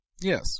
Yes